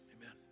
amen